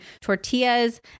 tortillas